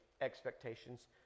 expectations